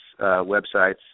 websites